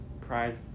Pride